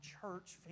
church